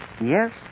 Yes